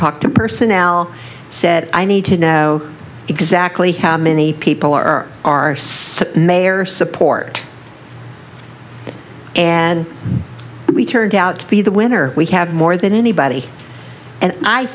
talk to personnel said i need to know exactly how many people are or are submit their support and we turned out to be the winner we have more than anybody and i